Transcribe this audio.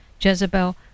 Jezebel